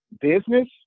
business